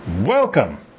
Welcome